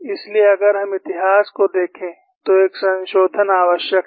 इसलिए अगर हम इतिहास को देखें तो एक संशोधन आवश्यक था